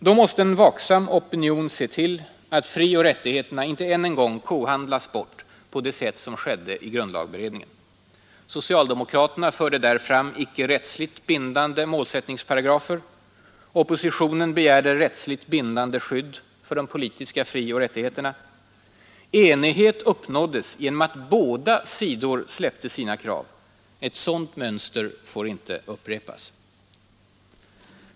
Då måste en vaksam opinion se till att frioch rättigheterna inte än en gång kohandlas bort på det sätt som skedde i grundlagberedningen. Socialdemokraterna förde där fram icke rättsligt bindande målsättningsparagrafer. Oppositionen begärde rättsligt bindande skydd för de politiska frioch rättigheterna. Enighet uppnåddes genom att båda sidor släppte sina krav. Ett sådant mönster får inte upprepas.